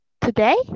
Today